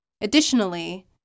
Additionally